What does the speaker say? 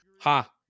Ha